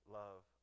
love